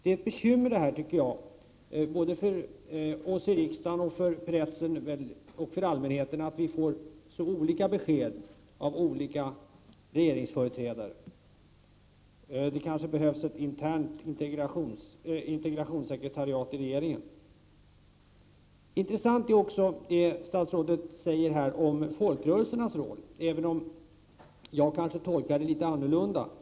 Det är ett bekymmer, tycker jag, både för oss i riksdagen, för pressen och för allmänheten, att vi får så olika besked av olika regeringsföreträdare. Det behövs kanske ett internt integrationssekretariat i regeringen. Intressant är också vad statsrådet här säger om folkrörelsernas roll, även om jag kanske tolkar det litet annorlunda.